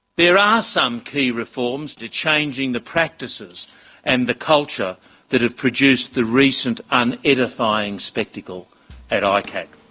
there are some key reforms to changing the practices and the culture that have produced the recent unedifying spectacle at icac.